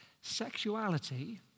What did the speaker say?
Sexuality